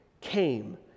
came